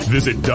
visit